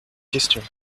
questions